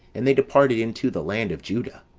and they departed into the land of juda